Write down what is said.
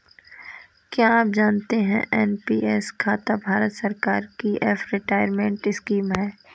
क्या आप जानते है एन.पी.एस खाता भारत सरकार की एक रिटायरमेंट स्कीम है?